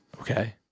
Okay